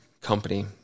company